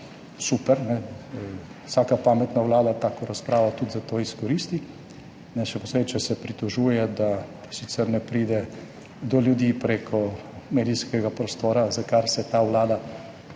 super, vsaka pametna vlada tako razpravo tudi za to izkoristi, še posebej, če se pritožuje, da sicer ne pride do ljudi preko medijskega prostora, za kar se ta vlada